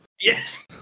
yes